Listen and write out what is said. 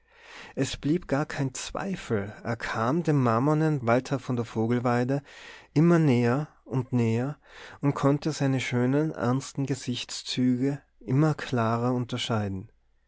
es blieb gar kein zweifel er kam dem marmornen walter von der vogelweide immer näher und näher und konnte seine schönen ernsten gesichtszüge immer klarer unterscheiden